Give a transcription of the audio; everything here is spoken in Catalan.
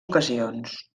ocasions